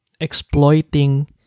exploiting